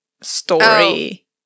story